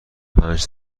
پنج